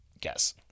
guess